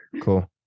Cool